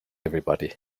everybody